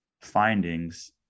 findings